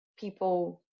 people